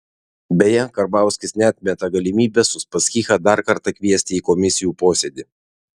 beje karbauskis neatmeta galimybės uspaskichą dar kartą kviesti į komisijų posėdį